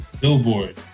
Billboard